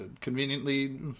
conveniently